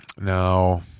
Now